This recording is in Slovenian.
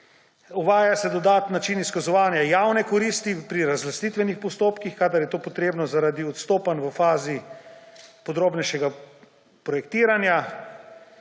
Uvaja se dodaten način izkazovanja javne koristi pri razlastitvenih postopkih, kadar je to potrebno zaradi odstopanj v fazi podrobnejšega projektiranja.